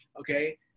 Okay